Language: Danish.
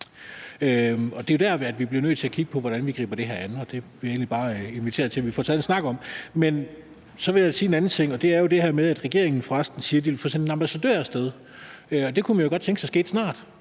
Det er jo det, vi bliver nødt til at kigge på hvordan vi griber an, og det vil jeg egentlig bare invitere til, at vi får taget en snak om. Men så vil jeg sige en anden ting, og det vedrører jo det her med, at regeringen for resten siger, at de vil få sendt en ambassadør af sted. Det kunne man jo godt tænke sig skete snart.